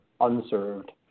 unserved